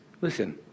Listen